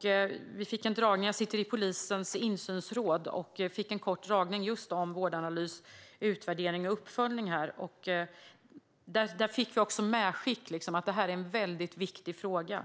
Jag sitter i polisens insynsråd, och vi fick där en kort föredragning just om Vårdanalys utvärdering och uppföljning. Vi fick också ett medskick om att detta är en mycket viktig fråga.